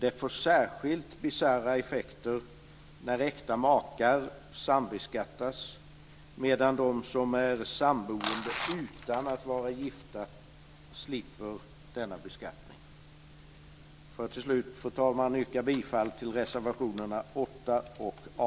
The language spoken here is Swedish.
Det får särskilt bisarra effekter när äkta makar sambeskattas medan de som är samboende utan att vara gifta slipper denna beskattning. Fru talman! Jag yrkar bifall till reservationerna 8